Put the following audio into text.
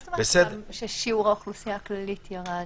מה זאת אומרת "שיעור האוכלוסייה הכללית ירד